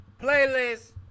playlist